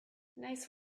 nice